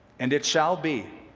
and it shall be